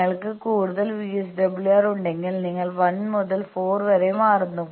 നിങ്ങൾക്ക് കൂടുതൽ വിഎസ്ഡബ്ല്യുആർ ഉണ്ടെങ്കിൽ നിങ്ങൾ 1 മുതൽ 4 വരെ മാറുന്നു